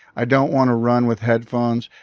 i don't want to run with headphones.